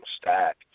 stack